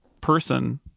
person